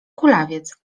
kulawiec